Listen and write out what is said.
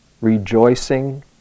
Rejoicing